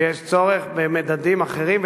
שיש צורך במדדים אחרים,